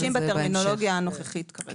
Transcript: משתמשים בטרמינולוגיה הנוכחית כרגע.